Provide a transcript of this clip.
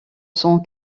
son